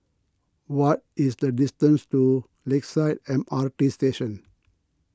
what is the distance to Lakeside M R T Station